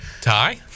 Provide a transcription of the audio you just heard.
Ty